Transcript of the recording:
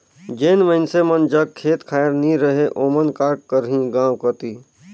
जेन मइनसे मन जग खेत खाएर नी रहें ओमन का करहीं गाँव कती